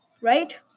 right